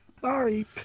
Sorry